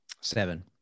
seven